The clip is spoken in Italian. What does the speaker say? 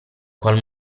qual